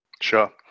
Sure